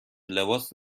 لباس